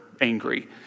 angry